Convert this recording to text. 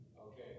okay